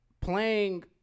playing